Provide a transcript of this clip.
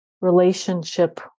relationship